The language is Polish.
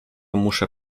muszę